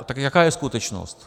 Tak jaká je skutečnost?